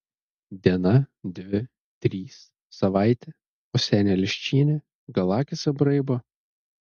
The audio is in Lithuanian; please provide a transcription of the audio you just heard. diena dvi trys savaitė o senė leščienė gal akys apraibo